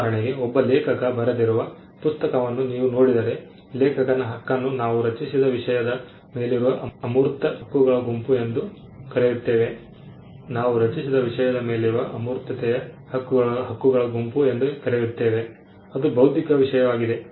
ಉದಾಹರಣೆಗೆ ಒಬ್ಬ ಲೇಖಕ ಬರೆದಿರುವ ಪುಸ್ತಕವನ್ನು ನೀವು ನೋಡಿದರೆ ಲೇಖಕನ ಹಕ್ಕನ್ನು ನಾವು ರಚಿಸಿದ ವಿಷಯದ ಮೇಲಿರುವ ಅಮೂರ್ತI ಯಾರುntangible ಹಕ್ಕುಗಳ ಗುಂಪು ಎಂದು ಕರೆಯುತ್ತೇವೆ ಅದು ಬೌದ್ಧಿಕ ವಿಷಯವಾಗಿದೆ